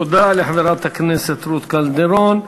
תודה לחברת הכנסת רות קלדרון.